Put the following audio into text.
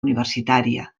universitària